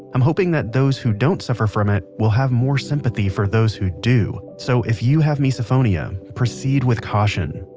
i'm hoping that those who don't suffer from it to have more sympathy for those who do so, if you have misophonia, proceed with caution.